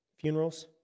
funerals